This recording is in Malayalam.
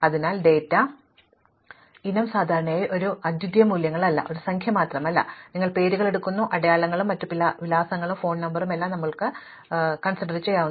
അതിനാൽ ഡാറ്റ ഇനം സാധാരണയായി ഒരു അദ്വിതീയ മൂല്യങ്ങളല്ല അത് ഒരു സംഖ്യ മാത്രമല്ല ഇത് ഒരു അതിനാൽ നിങ്ങൾ പേരുകൾ എടുക്കുന്നു അടയാളങ്ങളും മറ്റ് പല വിലാസങ്ങളും ഫോൺ നമ്പറായിരിക്കാം മാത്രമല്ല നിങ്ങൾ വ്യത്യാസത്തിൽ അടുക്കുകയും ചെയ്യാം